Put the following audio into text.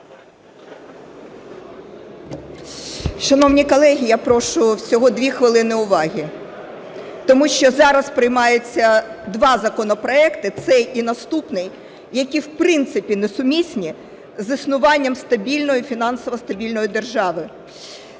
Шановні колеги, я прошу всього дві хвилини уваги. Тому що зараз приймаються два законопроекти, цей і наступний, які в принципі несумісні з існуванням стабільної, фінансово стабільної держави.